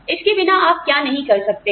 इसके बिना आप क्या नहीं कर सकते हैं